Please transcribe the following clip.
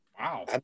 Wow